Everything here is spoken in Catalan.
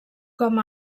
com